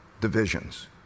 divisions